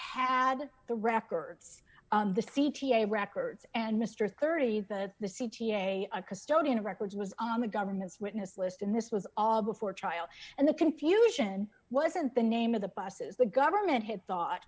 had the records on the c t a records and mr thirty the the c t a a custodian of records was on the government's witness list and this was all before trial and the confusion wasn't the name of the buses the government had thought